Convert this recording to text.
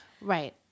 Right